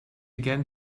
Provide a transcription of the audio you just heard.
again